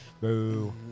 Boo